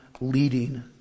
leading